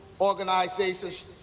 organizations